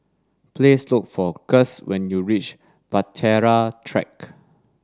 please look for Guss when you reach Bahtera Track